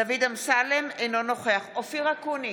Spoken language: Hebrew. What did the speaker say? אינו נוכח אופיר אקוניס,